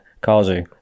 Kazu